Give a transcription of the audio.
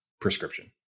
prescription